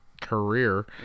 career